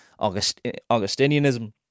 Augustinianism